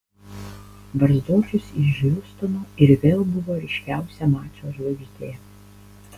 barzdočius iš hjustono ir vėl buvo ryškiausia mačo žvaigždė